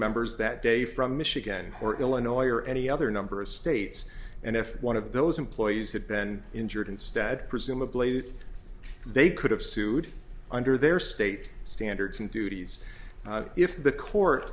members that day from michigan or illinois or any other number of states and if one of those employees had been injured instead presumably that they could have sued under their state standards and duties if the court